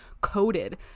coated